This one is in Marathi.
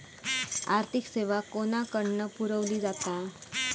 आर्थिक सेवा कोणाकडन पुरविली जाता?